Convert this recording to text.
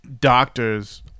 Doctors